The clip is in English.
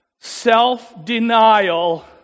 self-denial